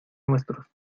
nuestros